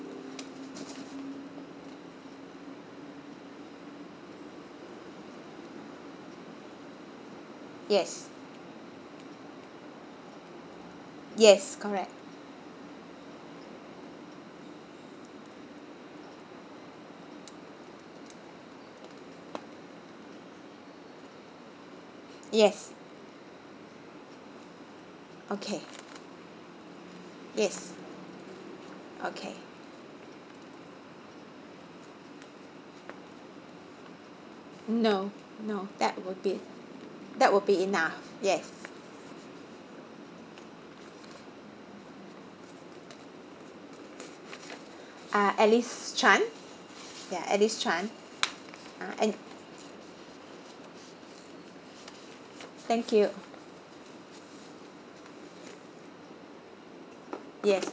yes yes correct yes okay yes okay no no that will be that will be enough yes ah alice chan ya alice chan ah and thank you yes